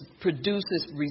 produces